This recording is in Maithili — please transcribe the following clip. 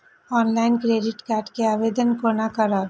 ऑनलाईन क्रेडिट कार्ड के आवेदन कोना करब?